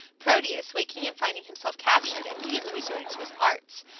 proteus, waking and finding himself captured, immediately resorted to his arts,